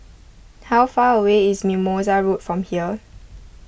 how far away is Mimosa Road from here